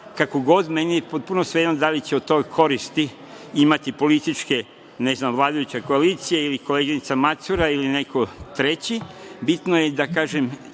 god, meni je potpuno svejedno da li će od toga koristi imati političke… ne znam, vladajuća koalicija ili koleginica Macura ili neko treći, bitno je da se